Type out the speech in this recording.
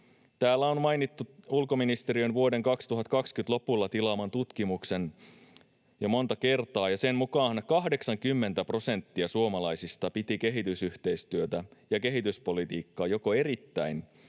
Täällä on mainittu ulkoministeriön vuoden 2020 lopulla tilaama tutkimus jo monta kertaa, ja sen mukaan 80 prosenttia suomalaisista piti kehitysyhteistyötä ja kehityspolitiikkaa joko erittäin